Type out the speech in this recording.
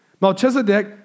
Melchizedek